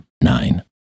Nine